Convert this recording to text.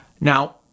Now